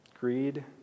greed